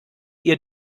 ihr